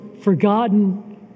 forgotten